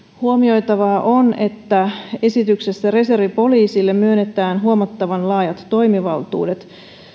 huomioitavaa on että esityksessä reservipoliisille myönnetään huomattavan laajat toimivaltuudet